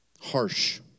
harsh